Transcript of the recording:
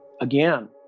again